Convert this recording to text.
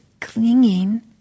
Clinging